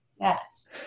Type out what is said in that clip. Yes